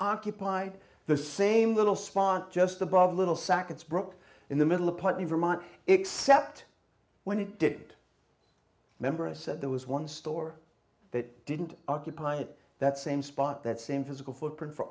occupied the same little spawn just above little sackets broke in the middle of partly vermont except when it did remember i said there was one store that didn't occupy that same spot that same physical footprint for